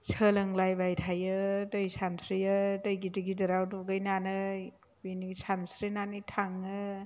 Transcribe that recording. सोलोंलायबाय थायो दै सानस्रियो दै गिदिर गिदिराव दुगैनानै बिदि सानस्रिनानै थाङो